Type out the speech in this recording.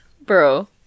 bro